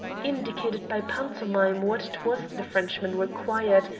indicated by pantomime what it was the frenchman required,